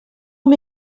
uma